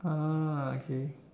ah okay